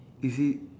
is he